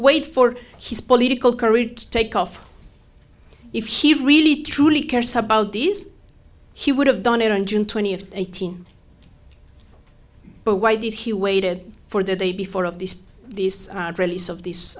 wait for his political career to take off if he really truly cares about these he would have done it on june twentieth eighteen but why did he waited for the day before of these these release of th